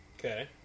Okay